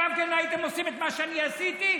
גם אתם הייתם עושים את מה שאני עשיתי,